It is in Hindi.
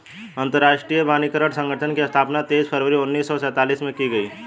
अंतरराष्ट्रीय मानकीकरण संगठन की स्थापना तेईस फरवरी उन्नीस सौ सेंतालीस में की गई